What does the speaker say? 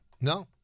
No